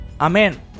Amen